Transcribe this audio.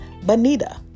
Bonita